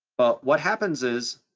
but what happens is,